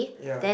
ya